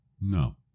No